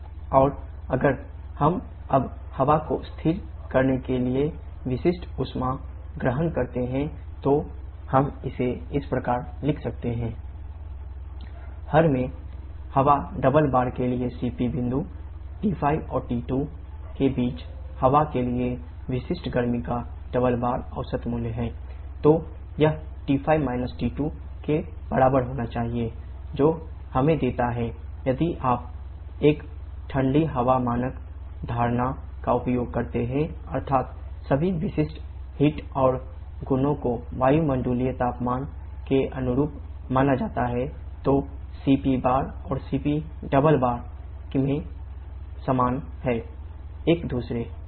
और अगर हम अब हवा को स्थिर करने के लिए विशिष्ट ऊष्मा ग्रहण करते हैं तो हम इसे इस प्रकार लिख सकते हैं m𝑎 cpa m𝑎 cpa हर में हवा डबल बार वे समान हैं एक दूसरे के